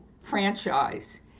franchise